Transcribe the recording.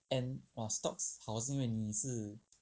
and !wah! stocks 好是因为你是